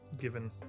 given